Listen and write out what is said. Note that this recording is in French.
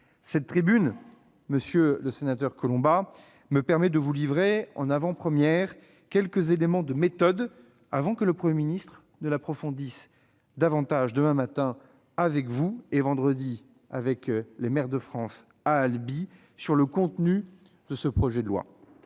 Cette tribune, monsieur le sénateur Collombat, me permet de vous livrer en avant-première quelques éléments de méthode avant que le Premier ministre n'approfondisse davantage, demain matin avec vous et vendredi avec les maires de France à Albi, le contenu du projet de loi.